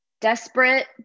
desperate